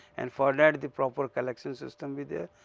and for that the proper collection system be there,